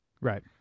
Right